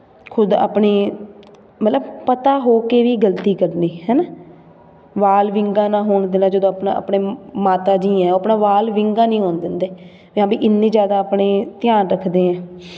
ਖੁਦ ਆਪਣੀ ਮਤਲਬ ਪਤਾ ਹੋ ਕੇ ਵੀ ਗਲਤੀ ਕਰਨੀ ਹੈ ਨਾ ਵਾਲ ਵਿੰਗਾ ਨਾ ਹੋਣ ਦੇਣਾ ਜਦੋਂ ਆਪਣਾ ਆਪਣੇ ਮਾਤਾ ਜੀ ਹੈ ਉਹ ਆਪਣਾ ਵਾਲ ਵਿੰਗਾ ਨਹੀਂ ਹੋਣ ਦਿੰਦੇ ਜਾਂ ਵੀ ਇੰਨੀ ਜ਼ਿਆਦਾ ਆਪਣੇ ਧਿਆਨ ਰੱਖਦੇ ਹੈ